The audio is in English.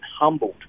humbled